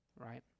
right